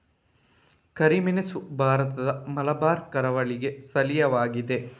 ಕರಿಮೆಣಸು ಭಾರತದ ಮಲಬಾರ್ ಕರಾವಳಿಗೆ ಸ್ಥಳೀಯವಾಗಿದೆ